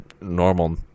normal